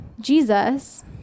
Jesus